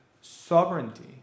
sovereignty